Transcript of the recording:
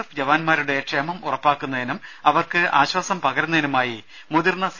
F ജവാന്മാരുടെ ക്ഷേമം ഉറപ്പാക്കുന്നതിനും അവർക്ക് ആശ്വാസം പകരുന്നതിനുമായി മുതിർന്ന സി